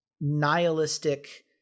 nihilistic